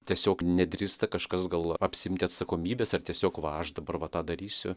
tiesiog nedrįsta kažkas gal apsiimti atsakomybės ar tiesiog va aš dabar va tą darysiu